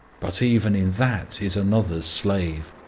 but even in that is another's slave,